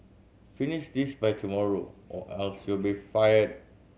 finish this by tomorrow or else you'll be fired